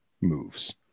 moves